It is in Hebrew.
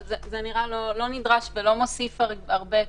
זה לא נדרש ולא מוסיף הרבה.